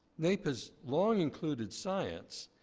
naep has long included science,